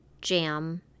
jam